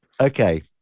okay